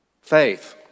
Faith